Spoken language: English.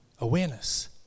awareness